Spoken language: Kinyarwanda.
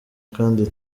kandi